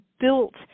built